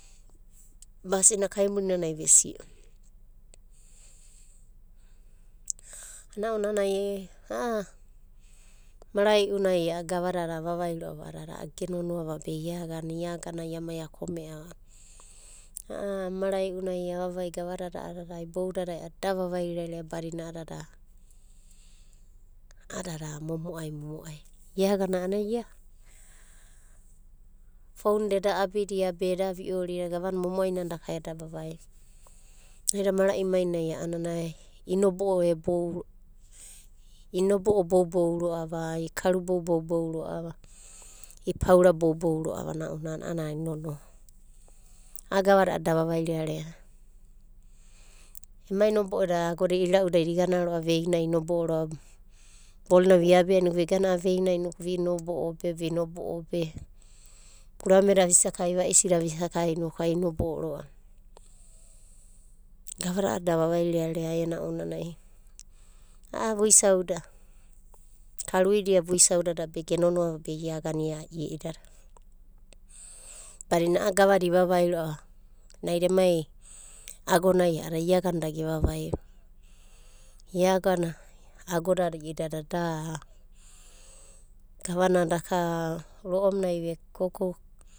Basina kaimunanai vesi'o. A'ana ounanai a'a mara'i unai a'a gavadada avavai ro'ava a'adada ge nonoa va be iagana. Iagana ai amai akome'a, a'a mara'i unai avavi gavadada da vavairearea badina a'adada momo'ai momo'ai. Iagana a'ana foun da eda abi eda vi'oridia gavana momo'ai nana daka eda vavaia. Naida mara'imainai a'ana inobo'o ebou, inobo'o boubou ro'ava ounanai a'ana ai nonoa. A'a gavada a'ada da vavairearea. Emai nobo'oda agoda ira'udada igana ro'ava veinai inobo'o ro'ava. Bol na viabia inoku vigana a'a veinai inoku vinobo'o be vinobo'o be vonobo'o be. Urameda avisakai, va'isida avisakai inokai inobo'o ro'ava. Gavada a'ada da avairearea e aena ounanai a'a vuisauda karuidia vuisauda ge nonoava ve iagana vuisaudada badina a'a gavada ivavai ro'ava naida emai agonai a'ada ia agana da gevavai ro'ava.